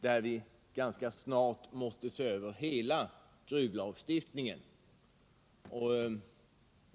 där vi ganska snart måste se över hela gruvlag stiftningen.